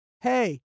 hey